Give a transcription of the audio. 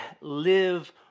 live